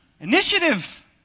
Initiative